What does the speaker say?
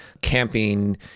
camping